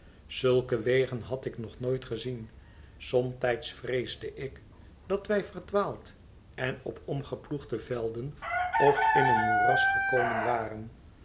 zulke wegen had ik nog nooit gezien somtijds vreesde ik dat wij verdwaald en op omgeploegde velden of in een moeras gekomen waren